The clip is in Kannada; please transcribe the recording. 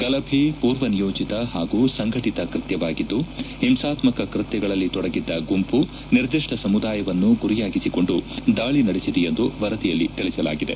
ಗಲಭೆ ಪೂರ್ವನಿಯೋಜತ ಹಾಗೂ ಸಂಘಟಿತ ಕೃತ್ಥವಾಗಿದ್ದು ಹಿಂಸಾತ್ಮಕ ಕೃತ್ಯಗಳಲ್ಲಿ ತೊಡಗಿದ್ದ ಗುಂಪು ನಿರ್ಧಿಷ್ವ ಸಮುದಾಯವನ್ನು ಗುರಿಯಾಗಿಸಿಕೊಂಡು ದಾಳಿ ನಡೆಸಿದೆ ಎಂದು ವರದಿಯಲ್ಲಿ ತಿಳಿಸಲಾಗಿದೆ